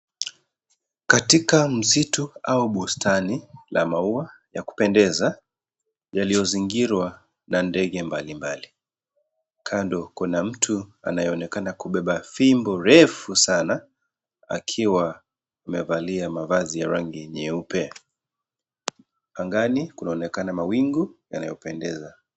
Katika msitu au bustani la maua ya kupendeza yaliyozingirwa na ndege mbalimbali. Kando kuna mtu anayeonekana kubeba fimbo refu sana akiwa amevalia mavazi ya rangi nyeupe. Angani kunaonekana mawingu yanayopendeza.